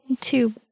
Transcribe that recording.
two